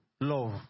love